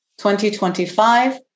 2025